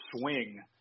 swing